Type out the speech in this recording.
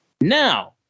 Now